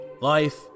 life